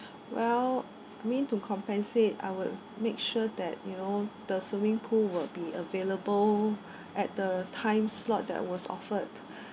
well I mean to compensate I will make sure that you know the swimming pool will be available at the time slot that was offered